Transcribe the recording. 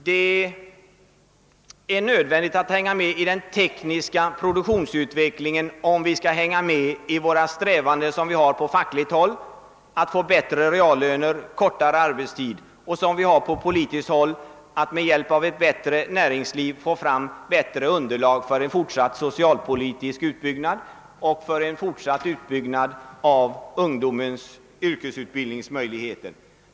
Det är nödvändigt att hänga med i den tekniska produktionsutvecklingen om vi skall lyckas i våra strävanden på fackligt håll att få bättre reallöner och kortare arbetstid och på politiskt håll att med hjälp av ett effektivare näringsliv skapa ett bättre underlag för en fortsatt socialpolitisk utbyggnad och en fortsatt förbättring av ungdomens yrkesutbildningsmöjligheter.